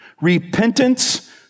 Repentance